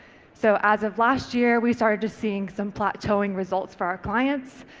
so as of last year we started to seeing some plateauing results for our clients.